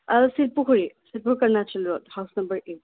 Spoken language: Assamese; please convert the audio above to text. Silpukhuri Silpukhuri road house number eight